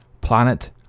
Planet